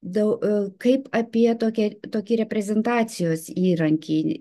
dau au kaip apie tokią tokį reprezentacijos įrankį